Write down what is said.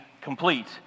complete